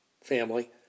family